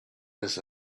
his